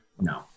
no